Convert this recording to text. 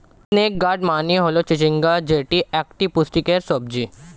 snake gourd মানে হল চিচিঙ্গা যেটি একটি পুষ্টিকর সবজি